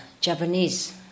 Japanese